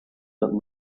that